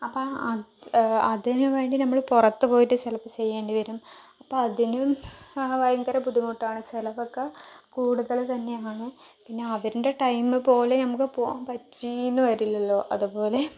അപ്പം അതിനുവേണ്ടി നമ്മൾ പുറത്തുപോയിട്ട് ചിലപ്പോൾ ചെയ്യേണ്ടിവരും അപ്പോൾ അതിനും ഭയങ്കര ബുദ്ധിമുട്ടാണ് ചിലവൊക്കെ കൂടുതൽ തന്നെയാണ് പിന്നെ അവരുടെ ടൈം പോലെ നമുക്ക് പോകാൻ പറ്റിയെന്ന് വരില്ലല്ലോ അതുപോലെ